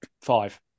five